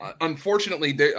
unfortunately